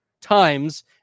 times